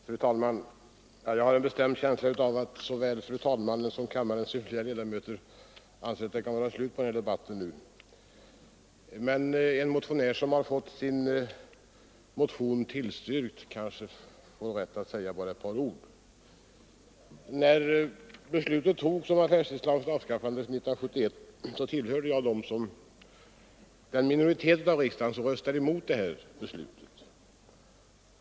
Fru talman! Jag har en bestämd känsla av att såväl fru talmannen som kammarens övriga ledamöter anser att det nu kan vara slut på denna debatt. Men en motionär som fått sin motion tillstyrkt kanske har rätt att säga ett par ord. När beslutet om affärstidslagens avskaffande fattades 1971, tillhörde jag den minoritet av riksdagen som röstade emot.